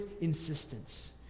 insistence